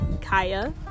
Kaya